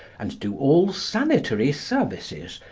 and do all sanitary services,